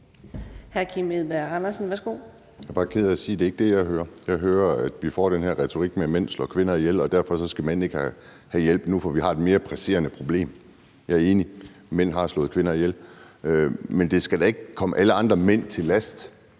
Jeg er bare ked af at sige, at det ikke er det, jeg hører. Jeg hører, at vi får den her retorik med, at mænd slår kvinder ihjel, og at derfor skal mænd ikke have hjælp nu – for vi har et mere presserende problem. Jeg er enig: Mænd har slået kvinder ihjel. Men det skal da ikke ligge alle andre mænd til last,